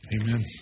Amen